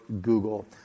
Google